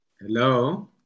hello